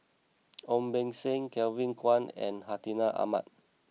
Ong Beng Seng Kevin Kwan and Hartinah Ahmad